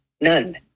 None